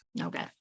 Okay